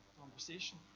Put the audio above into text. conversation